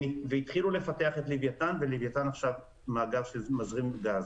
התחילו לפתח את לווייתן ולווייתן עכשיו הוא מאגר שמזרים גז.